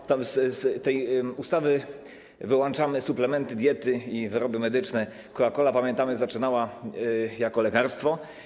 Bo z tej ustawy wyłączamy suplementy diety i wyroby medyczne, a Coca-Cola, jak pamiętamy, zaczynała jako lekarstwo.